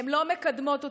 הן לא מקדמות אותן.